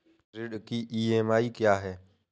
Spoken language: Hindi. ऋण की ई.एम.आई क्या है?